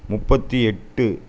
முப்பத்து எட்டு